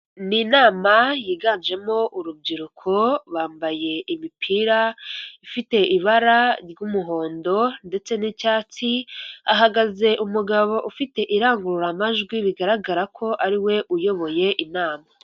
Ni inama yiganjemo urubyiruko, bambaye imipira ifite ibara ry'umuhondo, ndetse n'icyatsi hahagaze umugabo ufite irangururamajwi, bigaragara ko ariwe uyoboye inama.